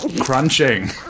crunching